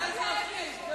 אלה אזרחים שחושבים כך.